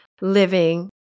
living